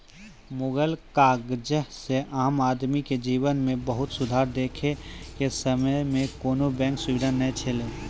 मुगल काजह से आम आदमी के जिवन मे बहुत सुधार देखे के समय मे कोनो बेंक सुबिधा नै छैले